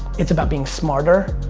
it's about being smarter.